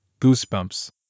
Goosebumps